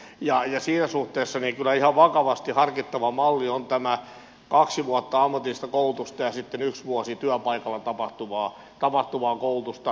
siinä suhteessa kyllä ihan vakavasti harkittava malli on tämä kaksi vuotta ammatillista koulutusta ja sitten yksi vuosi työpaikalla tapahtuvaa koulutusta